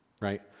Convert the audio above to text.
Right